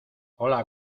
hola